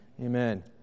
Amen